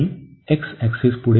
आणि x ऍक्सिसपुढे एक ऍक्सिस आहे